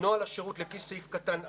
נוהל השירות לפי סעיף קטן (א)